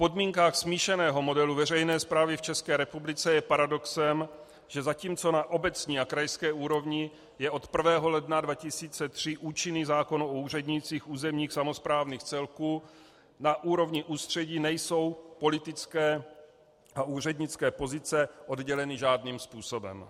V podmínkách smíšeného modelu veřejné správy v České republice je paradoxem, že zatímco na obecní a krajské úrovni je od 1. ledna 2003 účinný zákon o úřednících územních samosprávných celků, na úrovni ústředí nejsou politické a úřednické pozice odděleny žádným způsobem.